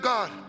God